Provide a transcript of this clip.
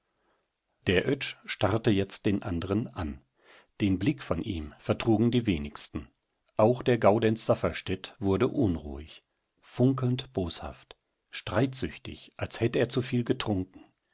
der oetsch starrte jetzt den anderen an den blick von ihm vertrugen die wenigsten auch der gaudenz safferstatt wurde unruhig funkelnd boshaft streitsüchtig als hätte er zu viel getrunken